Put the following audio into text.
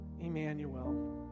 Emmanuel